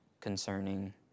concerning